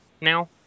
now